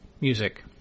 music